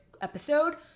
episode